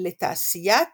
לתעשיית